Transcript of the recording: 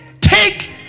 take